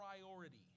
priority